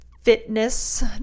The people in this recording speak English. fitness